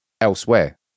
elsewhere